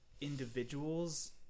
individuals